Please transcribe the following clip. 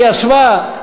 כהשוואה,